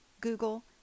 Google